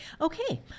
Okay